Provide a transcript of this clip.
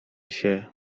się